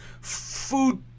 food